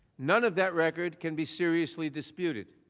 none of that record can be seriously disputed.